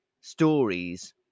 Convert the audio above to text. stories